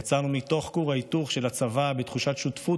יצאנו מתוך כור ההיתוך של הצבא בתחושת שותפות